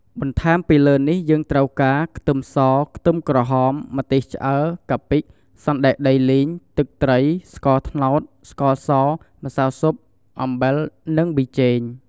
បន្ថែមពីលើនេះយើងត្រូវការ ខ្ទឹមស ខ្ទឹមក្រហម ម្ទេសឆ្អើរ កាពិ សណ្តែកដីលីង ទឹកត្រី ស្ករត្នោត ស្ករស ម្សៅស៊ុប អំបិល និងប៊ីចេង។